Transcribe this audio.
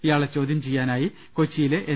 ഇയാളെ ചോദ്യം ചെയ്യാനായി കൊച്ചിയിലെ എൻ